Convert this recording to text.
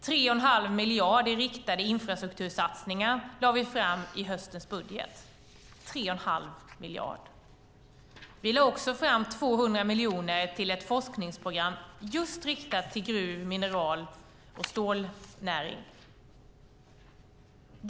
3 1⁄2 miljard i riktade infrastruktursatsningar lade vi fram i höstens budget - 3 1⁄2 miljard. Vi lade också fram 200 miljoner till ett forskningsprogram just riktat till gruv-, mineral och stålnäringarna.